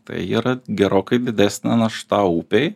tai yra gerokai didesnė našta upei